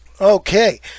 Okay